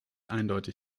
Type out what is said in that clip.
eindeutig